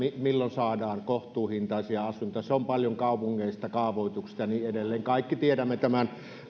milloin saadaan kohtuuhintaisia asuntoja se on paljon kaupungeista kaavoituksesta ja niin edelleen kaikki tiedämme tämän